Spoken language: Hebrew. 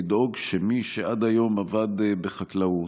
לדאוג שמי שעד היום עבד בחקלאות,